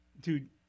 Dude